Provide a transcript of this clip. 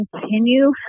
continue